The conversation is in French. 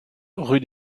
rue